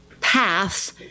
paths